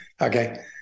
Okay